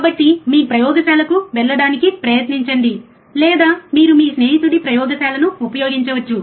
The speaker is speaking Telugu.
కాబట్టి మీ ప్రయోగశాలకు వెళ్లడానికి ప్రయత్నించండి లేదా మీరు మీ స్నేహితుడి ప్రయోగశాలను ఉపయోగించవచ్చు